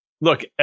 Look